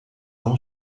não